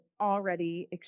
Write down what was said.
already